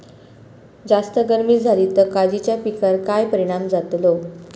जास्त गर्मी जाली तर काजीच्या पीकार काय परिणाम जतालो?